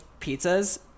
pizzas